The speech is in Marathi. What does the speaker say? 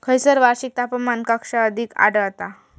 खैयसर वार्षिक तापमान कक्षा अधिक आढळता?